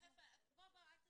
אל תסביר.